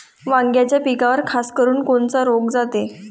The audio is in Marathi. वांग्याच्या पिकावर खासकरुन कोनचा रोग जाते?